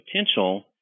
potential